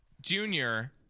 Junior